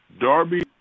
Darby